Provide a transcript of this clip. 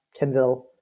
Kenville